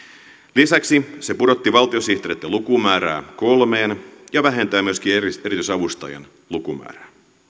lisäksi se pudotti valtiosihteereitten lukumäärää kolmeen ja vähentää myöskin erityisavustajien lukumäärää